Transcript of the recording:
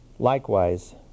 Likewise